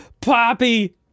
Poppy